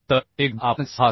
तर एकदा आपण 66